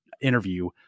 interview